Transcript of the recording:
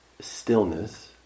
stillness